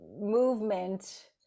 movement